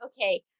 okay